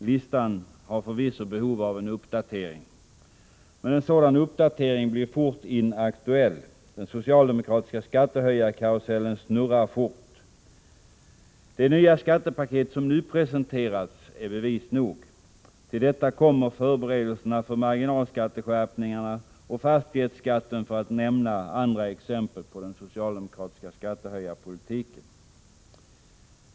Listan har förvisso behov av en uppdatering, men en sådan uppdatering blir fort inaktuell. Den socialdemokratiska skattehöjningskarusellen snurrer fort. Det nya skattepaketet som nu presenterats är bevis nog. Till detta kommer förberedelserna för marginalskatteskärpningarna och fastighetsskatten för att nämna andra exempel på den socialdemokratiska skattehöjningspolitiken.